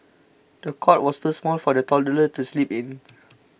the cot was too small for the toddler to sleep in